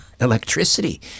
electricity